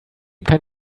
kann